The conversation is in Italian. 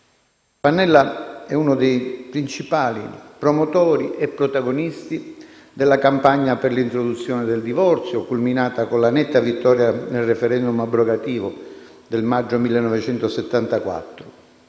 Pannella è uno dei principali promotori e protagonisti della campagna per l'introduzione del divorzio, culminata con la netta vittoria nel *referendum* abrogativo del maggio 1974.